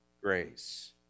grace